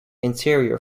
interior